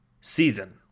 season